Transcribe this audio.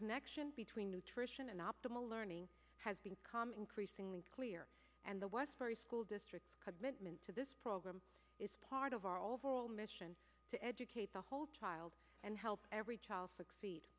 connection between nutrition and optimal learning has been calm increasingly clear and the westbury school district commitment to this program is part of our overall mission to educate the whole child and help every child succeed